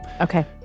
Okay